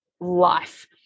life